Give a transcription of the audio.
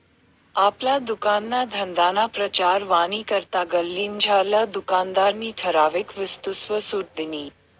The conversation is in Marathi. आपला दुकानना धंदाना प्रचार व्हवानी करता गल्लीमझारला दुकानदारनी ठराविक वस्तूसवर सुट दिनी